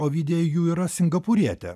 ovidija jų yra singapūrietė